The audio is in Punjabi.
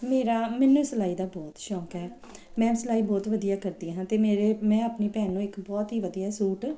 ਮੇਰਾ ਮੈਨੂੰ ਸਿਲਾਈ ਦਾ ਬਹੁਤ ਸ਼ੌਕ ਹੈ ਮੈਂ ਸਿਲਾਈ ਬਹੁਤ ਵਧੀਆ ਕਰਦੀ ਹਾਂ ਅਤੇ ਮੇਰੇ ਮੈਂ ਆਪਣੀ ਭੈਣ ਨੂੰ ਇੱਕ ਬਹੁਤ ਹੀ ਵਧੀਆ ਸੂਟ